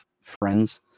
friends